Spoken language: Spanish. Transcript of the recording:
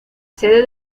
sede